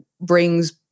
brings